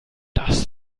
das